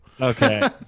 Okay